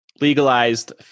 legalized